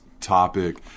topic